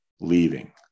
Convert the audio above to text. leaving